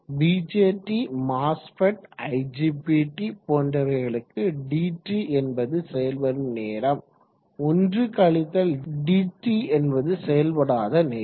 BJT MOSFET IGBT போன்றவைகளுக்கு dT என்பது செயல்படும் நேரம் 1 dT என்பது செயல்படாத நேரம்